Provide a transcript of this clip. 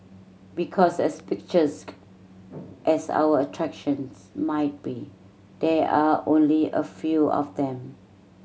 because as picturesque as our attractions might be there are only a few of them